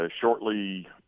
Shortly